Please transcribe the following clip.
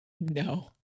No